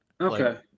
Okay